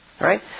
Right